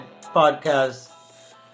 podcast